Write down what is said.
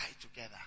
together